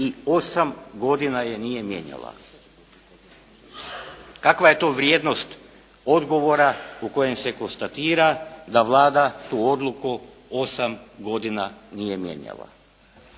i osam godina je nije mijenjala. Kakva je to vrijednost odgovora u kojem se konstatira da Vlada tu odluku osam godina nije mijenjala.